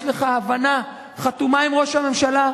יש לך הבנה חתומה עם ראש הממשלה,